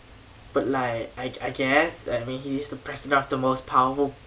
but like I I guess I mean he is the president of the most powerful